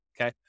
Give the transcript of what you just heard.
Okay